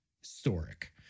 historic